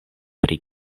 pri